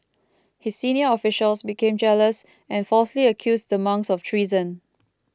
his senior officials became jealous and falsely accused the monks of treason